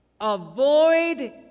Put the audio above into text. Avoid